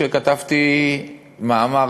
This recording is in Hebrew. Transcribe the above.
כשכתבתי מאמר,